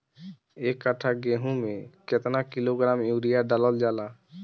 एक कट्टा गोहूँ में केतना किलोग्राम यूरिया डालल जाला?